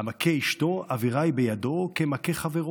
"המכה אשתו, עבירה היא בידו כמכה חברו".